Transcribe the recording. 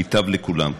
ייטב לכולם,